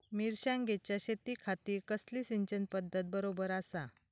मिर्षागेंच्या शेतीखाती कसली सिंचन पध्दत बरोबर आसा?